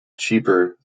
cheaper